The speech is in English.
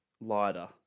lighter